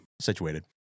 situated